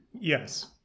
Yes